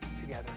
together